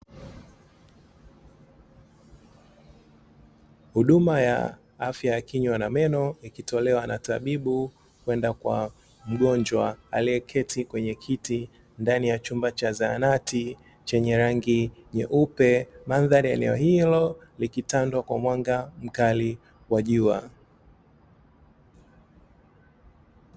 Huduma ya afya ya kinywa na meno, ikitolewa na tabibu kwenda kwa mgonjwa aliyeketi kwenye kiti ndani ya chumba cha zahanati chenye rangi nyeupe. Mandhari ya eneo hilo ikitandwa kwa mwanga mkali wa jua.